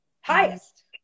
Highest